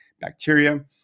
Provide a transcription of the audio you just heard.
bacteria